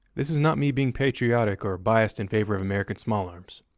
this is not me being patriotic or biased in favor of american small arms.